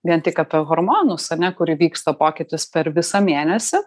vien tik apie hormonus ane kur įvyksta pokytis per visą mėnesį